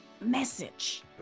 message